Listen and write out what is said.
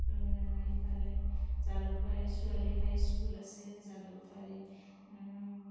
ইফালে জালুকবাৰী ছোৱালী হাইস্কুল আছে জালুকবাৰী